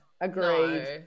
Agreed